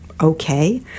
okay